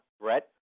Brett